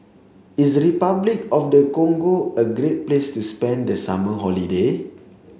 is Repuclic of the Congo a great place to spend the summer holiday